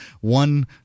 one